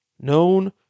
known